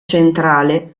centrale